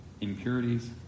impurities